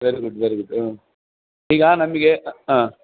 very good very good ಹಾಂ ಈಗ ನನಗೆ ಹಾಂ